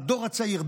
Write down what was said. בדור הצעיר,